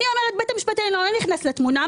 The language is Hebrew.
אני אומרת שבית המשפט העליון לא נכנס לתמונה,